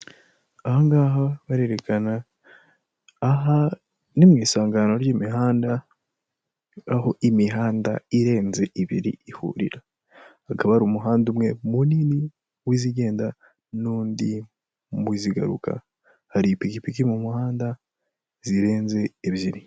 Aha ngaha barerekana, aha ni mu isangano ry'imihanda aho imihanda irenze ibiri ihurira, hakaba hari umuhanda umwe munini w'izigenda n'undi muzigaruka hari ipikipiki mu muhanda zirenze ebyiri.